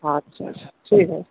আচ্ছা আচ্ছা ঠিক আছে